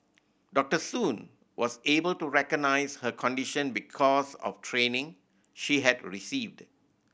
Doctor Soon was able to recognise her condition because of training she had received